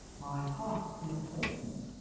my hawk is moulting.